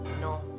No